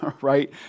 right